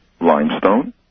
limestone